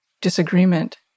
disagreement